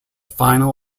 final